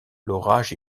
l’orage